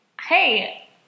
Hey